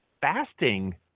fasting